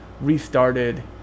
restarted